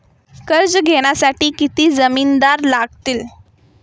कर्ज घेण्यासाठी किती जामिनदार लागतील?